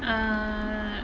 err